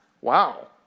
Wow